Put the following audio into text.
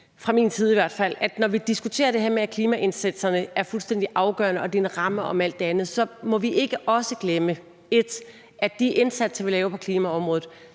fra min side, var, at når vi diskuterer det her med, at klimaindsatserne er fuldstændig afgørende, og at det er en ramme om alt det andet, så må vi ikke glemme: 1) at de indsatser, vi laver på klimaområdet,